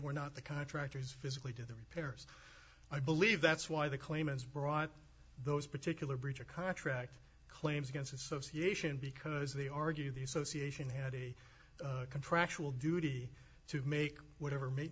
were not the contractors physically to the repairs i believe that's why the claimants brought those particular breach of contract claims against association because they argue the association had a contractual duty to make whatever ma